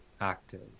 active